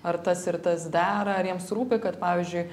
ar tas ir tas dera ar jiems rūpi kad pavyzdžiui